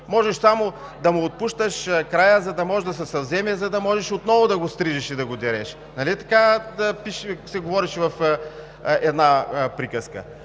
Можеш само да му отпускаш края, за да може да се съвземе, за да можеш отново да го стрижеш и да го дереш. Нали така се говореше в една приказка?!